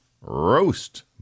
roast